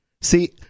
See